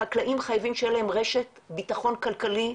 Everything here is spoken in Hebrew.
החקלאים חייבים שיהיה להם רשת בטחון כלכלי,